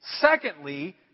Secondly